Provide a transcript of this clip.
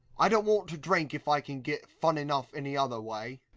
i don't want to drink if i can get fun enough any other way.